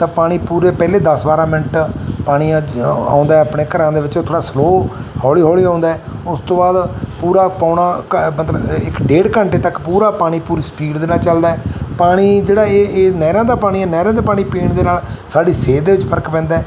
ਤਾਂ ਪਾਣੀ ਪੂਰੇ ਪਹਿਲੇ ਦਸ ਬਾਰ੍ਹਾਂ ਮਿੰਟ ਪਾਣੀ ਆਉਂਦਾ ਆਪਣੇ ਘਰਾਂ ਦੇ ਵਿੱਚੋਂ ਥੋੜ੍ਹਾ ਸਲੋ ਹੌਲੀ ਹੌਲੀ ਆਉਂਦਾ ਉਸ ਤੋਂ ਬਾਅਦ ਪੂਰਾ ਪੋਣਾ ਘ ਮਤਲਬ ਇੱਕ ਡੇਢ ਘੰਟੇ ਤੱਕ ਪੂਰਾ ਪਾਣੀ ਪੂਰੀ ਸਪੀਡ ਦੇ ਨਾਲ ਚੱਲਦਾ ਪਾਣੀ ਜਿਹੜਾ ਇਹ ਇਹ ਨਹਿਰਾਂ ਦਾ ਪਾਣੀ ਨਹਿਰਾਂ ਦਾ ਪਾਣੀ ਪੀਣ ਦੇ ਨਾਲ ਸਾਡੀ ਸਿਹਤ ਦੇ ਵਿੱਚ ਫਰਕ ਪੈਂਦਾ